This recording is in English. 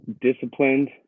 Disciplined